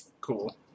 Cool